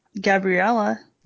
Gabriella